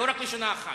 לא רק לשנה אחת,